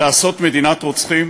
לעשות מדינת רוצחים?